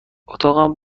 اتاقم